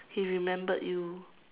he remembered you